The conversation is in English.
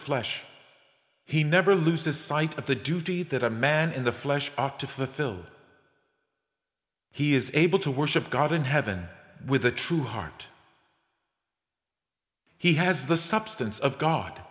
flesh he never loses sight of the duty that a man in the flesh ought to fulfill he is able to worship god in heaven with a true heart he has the substance of god